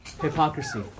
hypocrisy